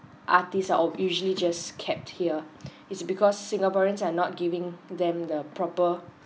artists are ob~ usually just kept here is because singaporeans are not giving them the proper